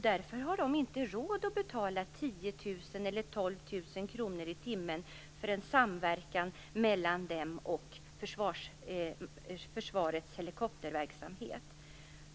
Därför har de inte råd att betala 10 000 12 000 kr i timmen för en samverkan mellan dem och försvarets helikopterverksamhet.